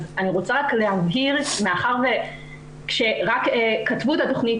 אז אני רוצה רק להבהיר מאחר וכשרק כתבו את התכנית